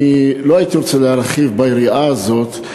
לא הייתי רוצה להרחיב את היריעה הזאת.